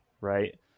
right